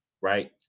right